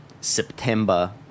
September